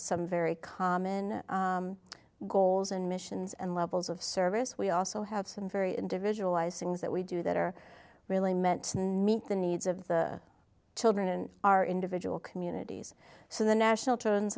some very common goals and missions and levels of service we also have some very individualized things that we do that are really meant and meet the needs of the children in our individual communities so the national turns